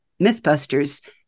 Mythbusters